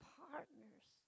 partners